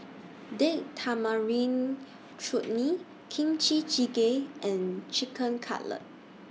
Date Tamarind Chutney Kimchi Jjigae and Chicken Cutlet